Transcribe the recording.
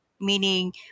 Meaning